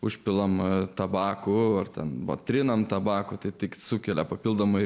užpilama tabako ar ten buvo triname tabako tai tik sukelia papildomai